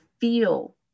feel